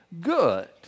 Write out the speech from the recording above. good